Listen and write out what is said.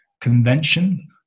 convention